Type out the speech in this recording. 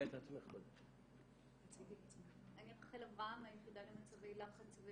אני רחל אברהם מהיחידה למצבי לחץ,